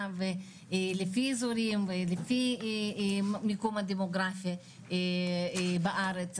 ולפי אזורים ולפי מיקום דמוגרפי בארץ,